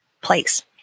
place